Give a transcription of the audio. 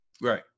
Right